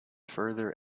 further